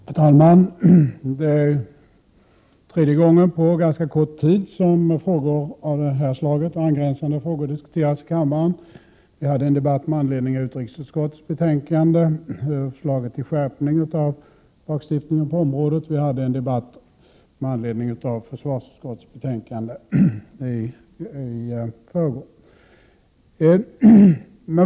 Herr talman! Det är tredje gången på ganska kort tid som frågor av det här slaget och angränsande frågor diskuteras i kammaren. Vi hade en debatt med anledning av utrikesutskottets betänkande rörande förslaget till skärpning av lagstiftningen på området, och vi hade en debatt i förrgår med anledning av försvarsutskottets betänkande.